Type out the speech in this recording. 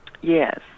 yes